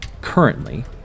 currently